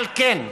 על כן,